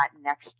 next